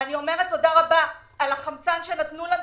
אני אומרת תודה רבה על החמצן שנתנו לנו